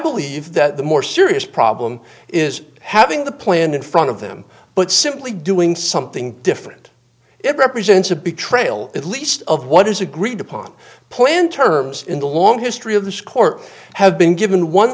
believe that the more serious problem is having the plan in front of them but simply doing something different every presents a betrayal at least of what is agreed upon plan terms in the long history of the score have been given one